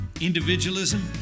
Individualism